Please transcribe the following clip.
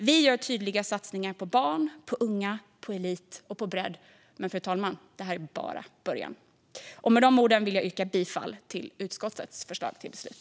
Vi gör tydliga satsningar på barn, unga, elit och bredd. Men det är bara början, fru talman. Med de orden vill jag yrka bifall till utskottets förslag till beslut.